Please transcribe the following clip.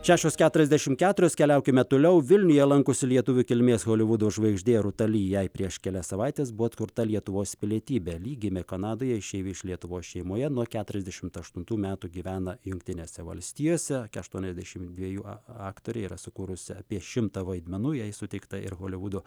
šešios keturiasdešimt keturios keliaukime toliau vilniuje lankosi lietuvių kilmės holivudo žvaigždė rūta lee jei prieš kelias savaites buvo atkurta lietuvos pilietybė lee gimė kanadoje išeivių iš lietuvos šeimoje nuo keturiasdešimt aštuntų metų gyvena jungtinėse valstijose kai aštuoniasdešimt dviejų aktorė yra sukūrusi apie šimtą vaidmenų jai suteikta ir holivudo